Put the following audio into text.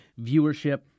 viewership